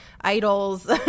idols